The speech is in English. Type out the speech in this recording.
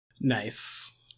Nice